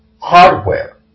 hardware